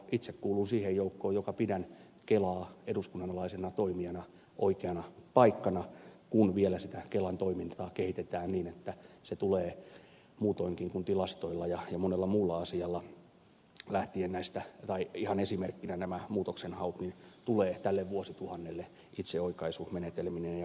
itse kuulun siihen joukkoon joka pitää kelaa paikkaa eduskunnan alaisena toimijana oikeana kun vielä sitä kelan toimintaa kehitetään niin että se tulee muutoinkin kuin tilastoilla ja monella muulla asialla ihan esimerkkinä nämä muutoksenhaut tälle vuosituhannelle itseoikaisumenetelmineen ja muineen